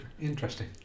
interesting